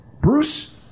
Bruce